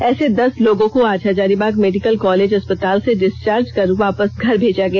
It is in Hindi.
ऐसे दस लोगों को आज हजारीबाग मेडिकल कॉलेज अस्पताल से डिस्चार्ज कर वापस घर भेजा गया